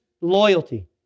loyalty